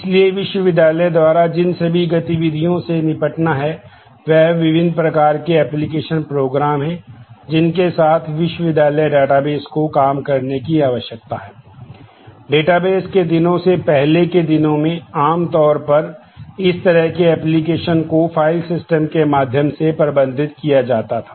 इसलिए विश्वविद्यालय द्वारा जिन सभी गतिविधियों से निपटना है वह विभिन्न प्रकार के एप्लीकेशन प्रोग्राम को फाइल सिस्टम के माध्यम से प्रबंधित किया जाता था